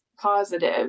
positive